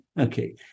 okay